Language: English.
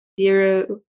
zero